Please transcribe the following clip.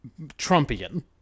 Trumpian